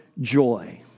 joy